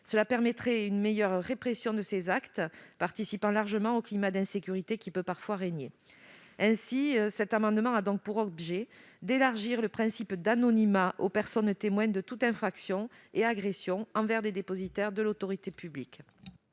permettrait une meilleure répression de ces actes participant largement au climat d'insécurité qui peut parfois régner. Ainsi, cet amendement vise à élargir le principe d'anonymat aux personnes témoins de toutes infractions et agressions envers des dépositaires de l'autorité publique.